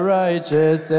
righteous